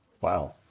Wow